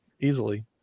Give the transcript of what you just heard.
easily